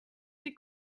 sie